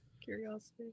Curiosity